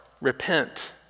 repent